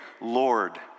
Lord